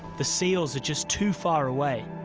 the seals are just too far away